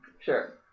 Sure